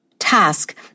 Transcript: task